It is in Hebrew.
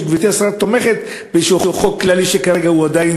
וגברתי השרה תומכת באיזשהו חוק כללי שכרגע הוא עדיין,